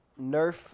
Nerf